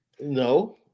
No